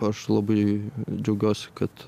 aš labai džiaugiuosi kad